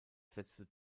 setzte